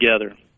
together